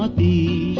ah b